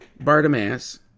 Bartimaeus